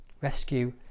Rescue